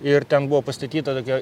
ir ten buvo pastatyta tokia